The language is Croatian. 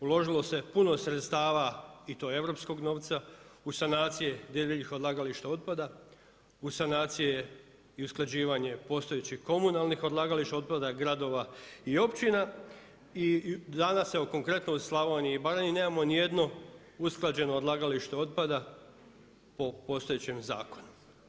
Uložilo se puno sredstava i to europskog novca, u sanacije divljih odlagališta otpada, u sanacije i usklađivanje postojećih komunalnih odlagališta otpada, gradova i općina i danas se konkretno o Slavoniji i Baranji nemamo ni jedno usklađeno odlagalište otpada po postojećem zakonu.